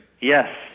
Yes